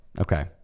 okay